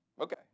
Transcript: Okay